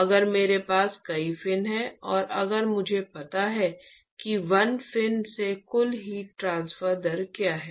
अगर मेरे पास कई फिन हैं और अगर मुझे पता है कि 1 फिन से कुल हीट ट्रांसफर दर क्या है